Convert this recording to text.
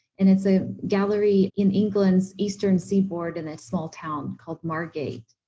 and it's a gallery in england's eastern seaboard, in a small town called margate.